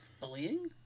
bullying